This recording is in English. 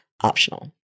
optional